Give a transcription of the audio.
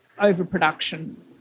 overproduction